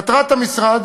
מטרת המשרד